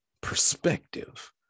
perspective